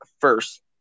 first